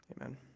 Amen